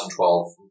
2012